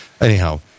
Anyhow